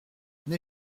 n’ai